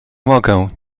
mogę